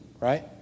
right